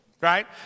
right